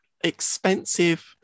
expensive